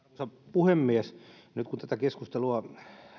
puhemies nyt kun tätä keskustelua